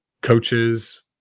coaches